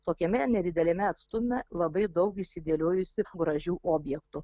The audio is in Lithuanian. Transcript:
tokiame nedideliame atstume labai daug išsidėliojusių gražių objektų